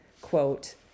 quote